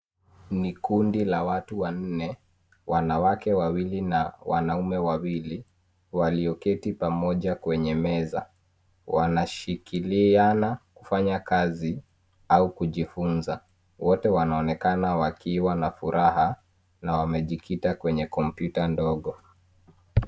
Ni kundi la watu wanne wanawake wawili na wanaume wawili walioketi pamoja kwenye meza wanashikiliana kufanya kazi au kujifunza wote wanaonekana wakiwa na furaha na wamejikita kwenye kompyuta ndogo